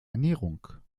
ernährung